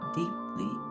deeply